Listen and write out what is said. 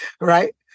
right